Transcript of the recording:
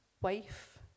wife